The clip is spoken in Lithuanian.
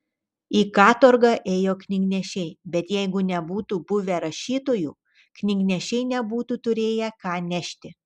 į katorgą ėjo knygnešiai bet jeigu nebūtų buvę rašytojų knygnešiai nebūtų turėję ką nešti